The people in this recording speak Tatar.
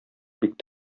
бик